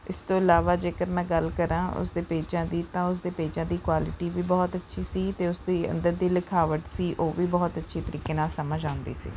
ਇਸ ਤੋਂ ਇਲਾਵਾ ਜੇਕਰ ਮੈਂ ਗੱਲ ਕਰਾਂ ਉਸ ਦੇ ਪੇਜਾਂ ਦੀ ਤਾਂ ਉਸ ਦੇ ਪੇਜਾਂ ਦੀ ਕੁਆਲਿਟੀ ਵੀ ਬਹੁਤ ਅੱਛੀ ਸੀ ਅਤੇ ਉਸ ਦੇ ਅੰਦਰ ਦੀ ਲਿਖਾਵਟ ਸੀ ਉਹ ਵੀ ਬਹੁਤ ਅੱਛੇ ਤਰੀਕੇ ਨਾਲ ਸਮਝ ਆਉਂਦੀ ਸੀ